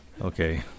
Okay